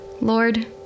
Lord